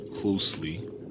closely